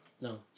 No